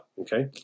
okay